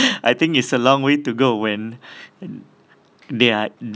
I think it's a long way to go when they are